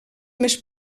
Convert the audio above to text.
més